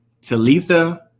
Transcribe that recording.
Talitha